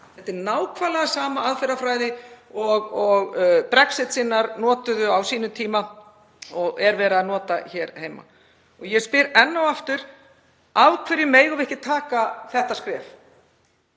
Þetta er nákvæmlega sama aðferðafræði og Brexit-sinnar notuðu á sínum tíma og er verið að nota hér heima. Ég spyr enn og aftur: Af hverju megum við ekki taka þetta skref